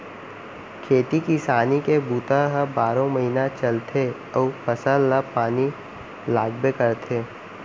खेती किसानी के बूता ह बारो महिना चलथे अउ फसल ल पानी लागबे करथे